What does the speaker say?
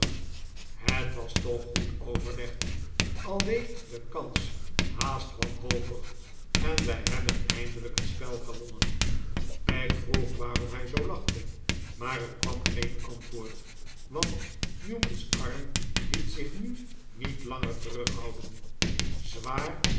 het was toch goed overlegd r al leek de kans haast wanhopig en wif hebben eindelijk het spel gewonnen peg vroeg waarom hij zoo lachte maar er kwam geen antwoord want newman's arm liet zich nu niet langer terughouden zwaar